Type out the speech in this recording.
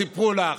סיפרו לך.